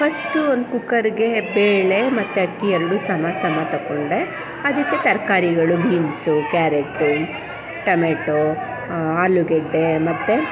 first ಒಂದು ಕುಕ್ಕರಿಗೆ ಬೇಳೆ ಮತ್ತೆ ಅಕ್ಕಿ ಎರಡು ಸಮ ಸಮ ತೊಗೊಂಡೆ ಅದಕ್ಕೆ ತರಕಾರಿಗಳು ಬೀನ್ಸು ಕ್ಯಾರೆಟು ಟೊಮೆಟೋ ಆಲೂಗೆಡ್ಡೆ ಮತ್ತು